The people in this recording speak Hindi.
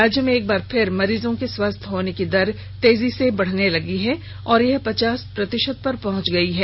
राज्य में एक बार फिर मरीजों के स्वस्थ होने की दर तेजी से बढने लगी है और यह पचास प्रतिशत पहच गयी है